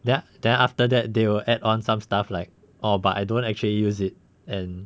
ya then after that they will add on some stuff like orh but I don't actually use it and